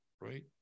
right